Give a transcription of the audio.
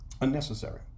unnecessary